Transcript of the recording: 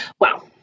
Wow